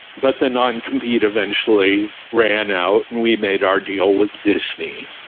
but the non-compete eventually ran out and we made our deal with disney.